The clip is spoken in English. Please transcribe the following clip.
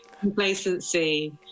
complacency